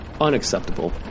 Unacceptable